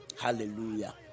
Hallelujah